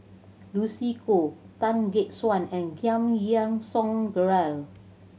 Lucy Koh Tan Gek Suan and Giam Yean Song Gerald